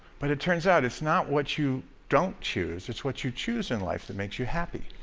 but it turns out it's not what you don't choose, it's what you choose in life that makes you happy.